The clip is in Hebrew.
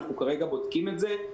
אנחנו כרגע בודקים את זה.